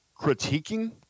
critiquing